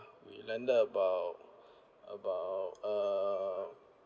we landed about about err